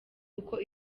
uko